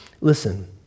Listen